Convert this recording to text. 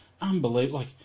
unbelievable